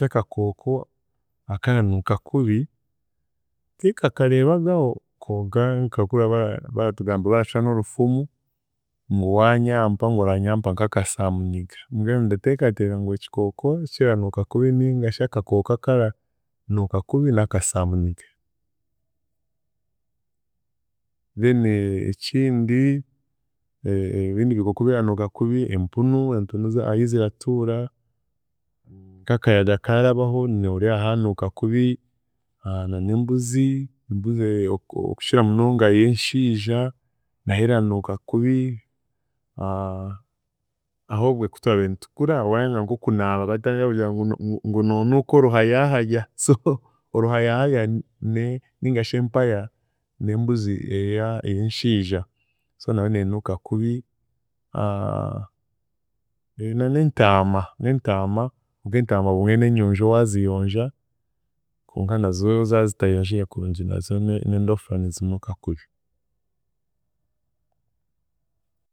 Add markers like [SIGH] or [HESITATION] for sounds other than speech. Akakooko akaranuuka kubi tinkakarebagaho, konka nkahurira ba- baratugamba baracwa n'orufumu ngu waanyampa ngu oranyampa nkakasamunyiga, bwenu ndateekateeka ngu ekikooko ekiranuuka kubi ningashi akakooko akaranuuka kubi n'akasamunyiga, then ekindi ebindi bikooko ebiranuuka kubi empunu empunu ahiziratuura nk'akayaga karabaho nooreeba hanuuka kubi [HESITATION] nan'embuzi, embuzi okukira munonga ey'enshiija nayo eranuuka kubi [HESITATION] ahoobwe kutwabiire nitukura waayanga nk'onkunaaba batandika kugira ngu ngu- ngu noonuuka oruhayaahaya so oruhayaahaya ne- ningashi empaya n'embuzi eya- ey'enshiija so nayo neenuuka kubi [HESITATION] nan'entaama n'entaama bwe entaama obumwe n'enyonjo waaziyonja konka nazo zaazitayonjire kurungi nazo n'endofa nizinuuka kubi.